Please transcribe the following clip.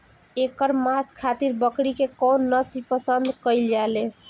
एकर मांस खातिर बकरी के कौन नस्ल पसंद कईल जाले?